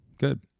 Good